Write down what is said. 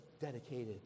dedicated